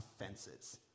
offenses